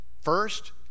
first